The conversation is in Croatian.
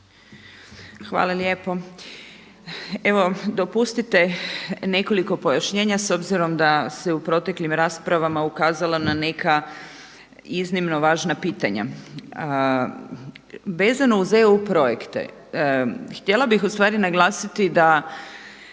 Hvala lijepo. Evo dopustite nekoliko pojašnjenja s obzirom da se u proteklim raspravama ukazalo na neka iznimno važna pitanja. Vezano uz EU projekte, htjela bih ustvari naglasiti da